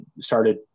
started